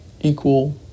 equal